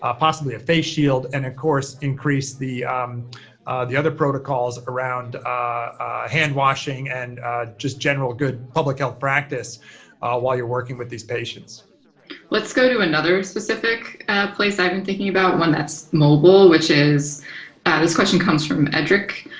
ah possibly a face shield, and of course, increase the the other protocols around handwashing and just general good public health practice while you're working with these patients. elana gordon let's go to another specific place i've been thinking about, one that's mobile, which is and this question comes from edric.